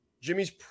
Jimmy's